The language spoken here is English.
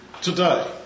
today